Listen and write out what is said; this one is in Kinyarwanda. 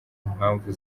impamvu